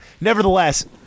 Nevertheless